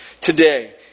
today